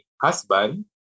husband